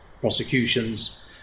prosecutions